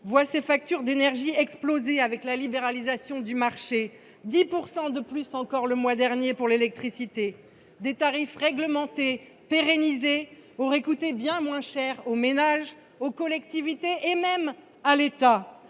voit ses factures d’énergie exploser avec la libéralisation du marché : encore 10 % de plus le mois dernier pour l’électricité ! Des tarifs réglementés et pérennisés auraient coûté bien moins cher aux ménages, aux collectivités et même à l’État.